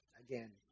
Again